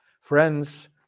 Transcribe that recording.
Friends